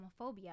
homophobia